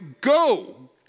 go